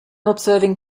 observing